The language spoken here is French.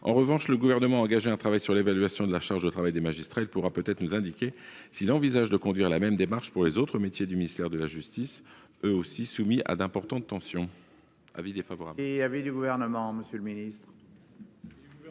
souhaitées. Le Gouvernement a déjà engagé un travail sur l'évaluation de la charge de travail des magistrats. Il pourra peut-être nous indiquer s'il envisage de conduire la même démarche pour les autres métiers du ministère de la justice, qui sont eux aussi soumis à d'importantes tensions. La